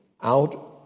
out